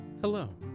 Hello